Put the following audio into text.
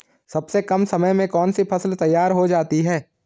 सबसे कम समय में कौन सी फसल तैयार हो जाती है?